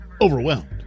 overwhelmed